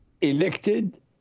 elected